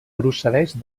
procedeix